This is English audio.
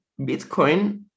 Bitcoin